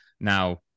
Now